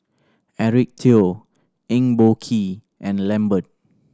Eric Teo Eng Boh Kee and Lambert